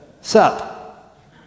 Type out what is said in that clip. sup